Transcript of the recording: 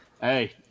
hey